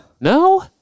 no